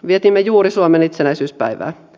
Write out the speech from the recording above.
vietimme juuri suomen itsenäisyyspäivää